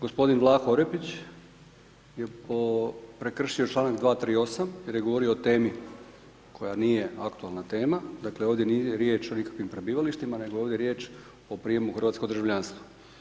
Gospodin Vlaho Orepić je prekršio članak 238. jer je govorio o temi koja nije aktualna tema, dakle ovdje nije riječ o nikakvim prebivalištima nego ovdje je riječ o prijemu u hrvatsko državljanstvo.